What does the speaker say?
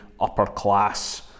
upper-class